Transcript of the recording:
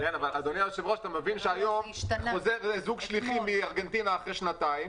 אתה מבין שהיום חוזר זוג שליחים מארגנטינה אחרי שנתיים,